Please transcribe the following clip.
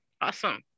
Awesome